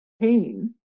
pain